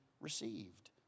received